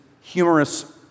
humorous